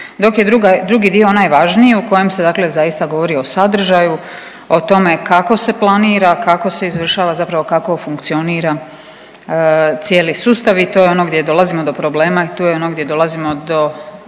dok je drugi dio najvažniji u kojem se, dakle zaista govori o sadržaju, o tome kako se planira, kako se izvršava, zapravo kako funkcionira cijeli sustav i to je ono gdje dolazimo do problema i tu je ono gdje dolazimo do